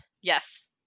Yes